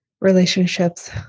relationships